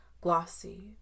Glossy